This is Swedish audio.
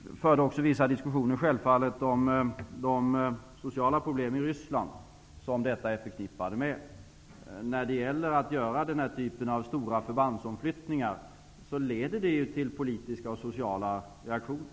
Vi förde också självfallet vissa diskussioner om de sociala problemen i Ryssland, som detta är förknippat med. Den här typen av stora förbandsomflyttningar leder till politiska och sociala reaktioner.